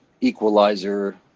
equalizer